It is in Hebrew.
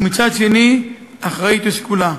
ומצד שני, אחראית ושקולה,